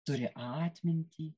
turi atmintį